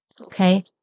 Okay